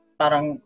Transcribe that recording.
parang